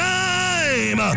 time